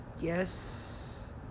Yes